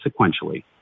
sequentially